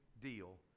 deal